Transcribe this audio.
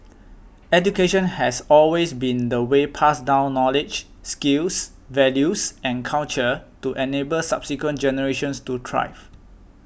education has always been the way pass down knowledge skills values and culture to enable subsequent generations to thrive